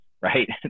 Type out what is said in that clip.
right